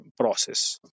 process